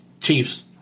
Chiefs